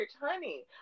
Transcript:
honey